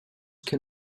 can